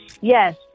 Yes